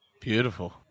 Beautiful